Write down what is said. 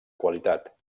qualitat